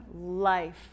life